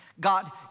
god